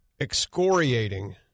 excoriating